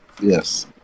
Yes